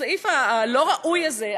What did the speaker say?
בסעיף הלא-ראוי הזה,